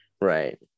Right